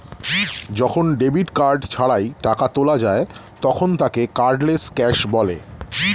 যখন debit card ছাড়াই টাকা তোলা যায় তখন তাকে কার্ডলেস ক্যাশ বলে